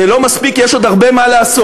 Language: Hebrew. זה לא מספיק, יש עוד הרבה מה לעשות.